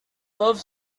love